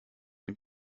mit